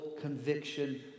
conviction